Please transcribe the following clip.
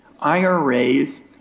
IRAs